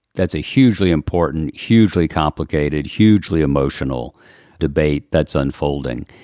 that's a hugely important, hugely complicated, hugely emotional debate that's unfolding.